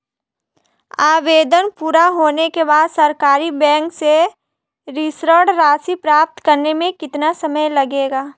आवेदन पूरा होने के बाद सरकारी बैंक से ऋण राशि प्राप्त करने में कितना समय लगेगा?